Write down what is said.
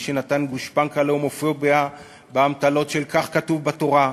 מי שנתן גושפנקה להומופוביה באמתלות של "כך כתוב בתורה",